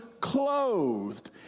clothed